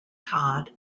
todd